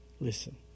Listen